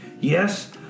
Yes